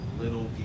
little